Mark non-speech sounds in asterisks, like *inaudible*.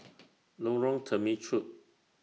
*noise* Lorong Temechut